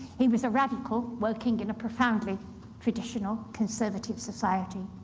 he was a radical working and profoundly traditional, conservative society.